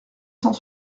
cent